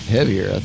Heavier